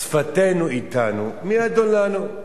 שפתינו אתנו, מי אדון לנו".